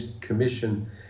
Commission